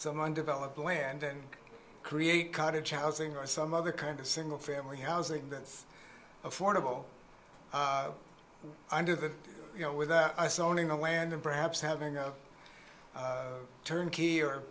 someone developed land and create cottage housing or some other kind of single family housing that's affordable under the you know with that i saw owning the land and perhaps having a turnkey or